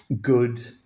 good